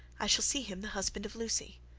i shall see him the husband of lucy.